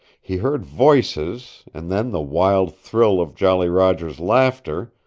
he heard voices, and then the wild thrill of jolly roger's laughter,